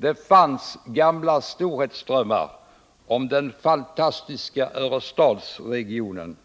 Det fanns gamla storhetsdrömmar om den fantastiska Örestadsregionen,